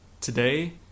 Today